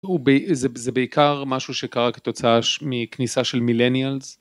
זה בעיקר משהו שקרה כתוצאה מכניסה של מילניאלס